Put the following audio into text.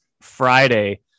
Friday